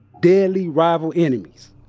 deadly rival enemies.